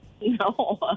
No